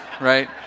right